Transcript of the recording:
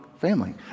family